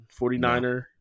49er